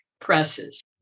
presses